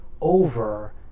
over